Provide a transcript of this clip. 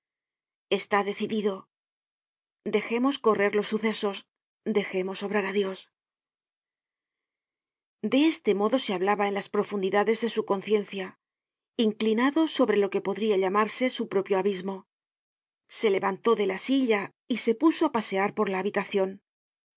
está decidido dejemos correr los sucesos dejemos obrar á dios content from google book search generated at de este modo se hablaba en las profundidades de su conciencia inclinado sobre lo que podria llamarse su propio abismo se levantó de la silla y se puso á pasear por la habitacion